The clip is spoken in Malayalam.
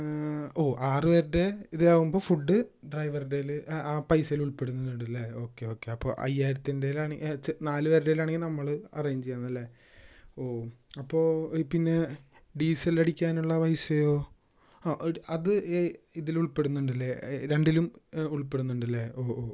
ഓ ആറുപേരുടെ ഇതിലാവുമ്പോൾ ഫുഡ് ഡ്രൈവറുടേതിൽ ആ ആ പൈസയിൽ ഉൾപെടുന്നുണ്ട് അല്ലേ ഓക്കേ ഓക്കേ അപ്പോൾ അയ്യായിരത്തിൻ്റേതിലാണ്ങ്കി എങ്കിൽ നാല് പേരുടേതിലാണെങ്കിൽ നമ്മൾ അറേഞ്ച് ചെയ്യുന്നതല്ലേ ഓ അപ്പോൾ പിന്നെ ഡീസലടിക്കാനുള്ള പൈസയോ ആ അത് ഈ ഇതിൽ ഉൾപ്പെടുന്നുണ്ട് അല്ലേ രണ്ടിലും ഉൾപ്പെടുന്നുണ്ടല്ലേ ഓ ഓ ഓ